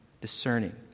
discerning